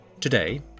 Today